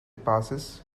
passes